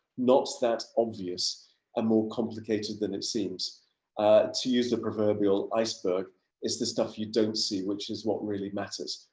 not that obvious and ah more complicated than it seems to use. the proverbial iceberg is the stuff you don't see, which is what really matters,